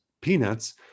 peanuts